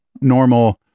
normal